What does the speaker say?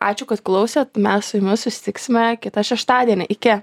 ačiū kad klausėt mes su jumis susitiksime kitą šeštadienį iki